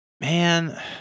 Man